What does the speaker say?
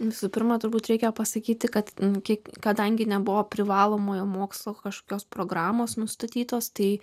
visų pirma turbūt reikia pasakyti kad kiek kadangi nebuvo privalomojo mokslo kažkokios programos nustatytos tai